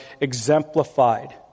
exemplified